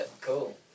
cool